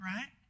Right